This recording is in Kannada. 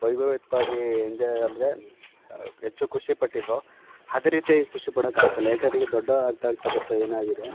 ವೈಭವೋಪೇತ್ವಾಗಿ ಎಂಜಾಯ್ ಅಂದರೆ ಹೆಚ್ಚು ಖುಷಿ ಪಟ್ಟಿದ್ವೋ ಅದೆ ರೀತಿ ಖುಷಿ ಪಡೋಕೆ ಆಗ್ತಿಲ್ಲ ಏಕೆಂದರೆ ಈಗ ದೊಡ್ಡವರಾಗ್ತಾ ಆಗ್ತಾ ಬರ್ತಾ ಏನಾಗಿದೆ